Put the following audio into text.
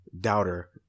doubter